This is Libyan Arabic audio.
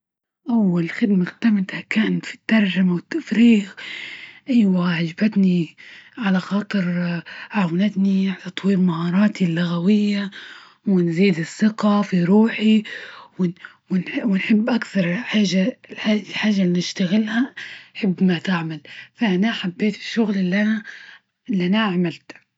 أول خدمة خدمتها كانت في الترجمة والتفريغ، أيوا عجبتني على خاطر عاونتني مهاراتي اللغوية، ونزيد الثقة في روحي ونحب اكثر حاجة الحاجة اللي نشتغلها حب ما تعمل أنا حبيت الشغل اللي أنا اللي أنا عملته.